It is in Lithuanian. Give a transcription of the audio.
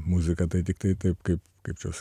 muziką tai tiktai taip kaip kaip čia